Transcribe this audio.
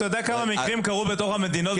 אתה יודע כמה מקרים קרו בתוך המדינה,